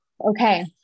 okay